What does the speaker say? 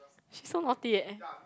she so naughty eh